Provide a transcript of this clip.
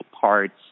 parts